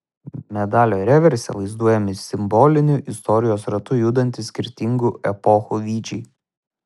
medalio reverse vaizduojami simboliniu istorijos ratu judantys skirtingų epochų vyčiai